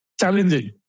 challenging